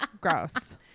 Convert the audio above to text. Gross